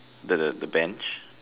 the the the bench